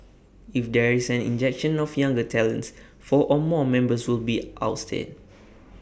if there is an injection of younger talents four or more members will be ousted